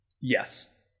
Yes